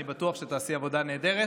אני בטוח שתעשי עבודה נהדרת.